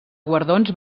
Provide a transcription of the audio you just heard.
guardons